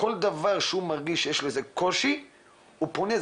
כל דבר שיש לו איזה קושי הוא פונה.